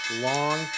long